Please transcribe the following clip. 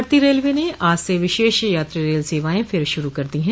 भारतीय रेलवे ने आज से विशेष यात्री रेल सेवाएं फिर शुरू कर दी हैं